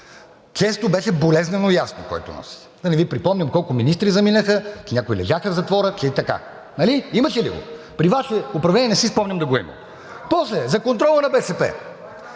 Често беше болезнено ясно. Да не Ви припомням колко министри заминаха, че някои лежаха в затвора, че… Нали? Имаше ли го? При Вашето управление не си спомням да го е имало. После, за контрола на БСП…